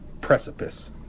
precipice